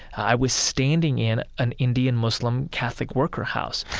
i was standing in an indian muslim catholic worker house